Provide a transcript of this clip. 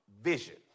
vision